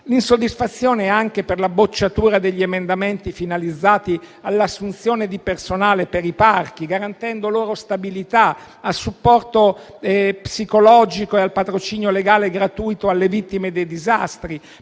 insoddisfazione anche per la bocciatura degli emendamenti finalizzati all'assunzione di personale per i parchi, garantendo loro stabilità, al supporto psicologico e al patrocinio legale gratuito alle vittime dei disastri,